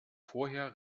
vorher